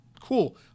cool